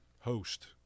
host